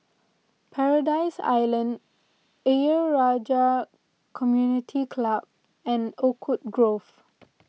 Paradise Island Ayer Rajah Community Club and Oakwood Grove